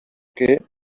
que